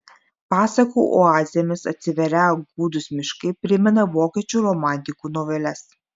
pasakų oazėmis atsiverią gūdūs miškai primena vokiečių romantikų noveles